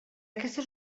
aquesta